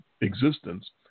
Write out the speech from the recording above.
existence